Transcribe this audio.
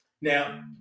Now